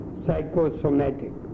psychosomatic